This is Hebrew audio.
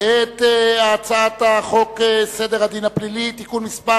את הצעת חוק סדר הדין הפלילי (תיקון מס'